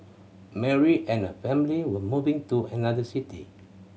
Mary and her family were moving to another city